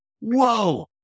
whoa